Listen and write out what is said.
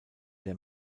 der